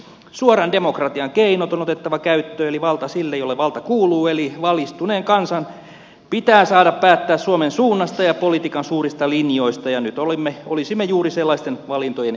suoran demokratia keinot on otettava käyttöön eli valta sille jolle valta kuuluu eli valistuneen kansan pitää saada päättää suomen suunnasta ja politiikan suurista linjoista ja nyt olisimme juuri sellaisten valintojen edessä